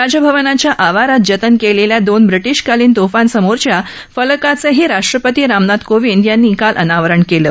राजभवाच्या आवारात जतन केलेल्या दोन ब्रिटिशकालीन तोफांसमोरच्या फलकाचंही राष्ट्रपती रामनाथ कोविंद यांनी काल अनावरण केलं